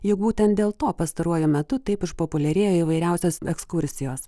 juk būtent dėl to pastaruoju metu taip išpopuliarėjo įvairiausios ekskursijos